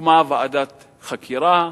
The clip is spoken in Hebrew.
הוקמה ועדת חקירה,